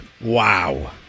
Wow